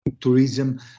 tourism